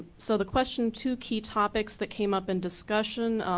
so the question two key topics that came up in discussion,